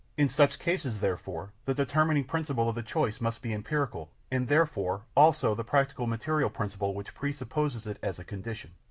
in such cases, therefore, the determining principle of the choice must be empirical and, therefore, also the practical material principle which presupposes it as a condition.